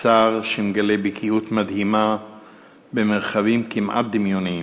שר שמגלה בקיאות מדהימה במרחבים כמעט דמיוניים.